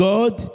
God